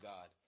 God